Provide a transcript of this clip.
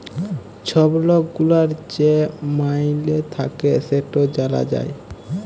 ছব লক গুলার যে মাইলে থ্যাকে সেট জালা যায়